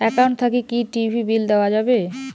Account থাকি কি TV bill দেওয়া যাবে?